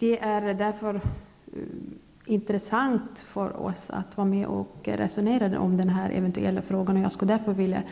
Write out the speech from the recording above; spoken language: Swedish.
Det är därför intressant för oss att vara med i detta resonemang. Jag vill